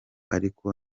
ariko